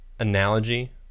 Analogy